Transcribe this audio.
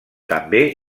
també